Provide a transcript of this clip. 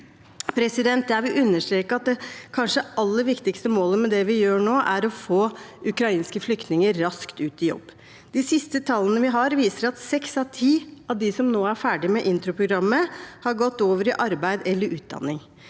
Jeg vil understreke at det kanskje aller viktigste målet med det vi gjør nå, er å få ukrainske flyktninger raskt ut i jobb. De siste tallene vi har, viser at seks av ti av de som nå er ferdige med introprogrammet, har gått over i arbeid eller utdanning.